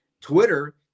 Twitter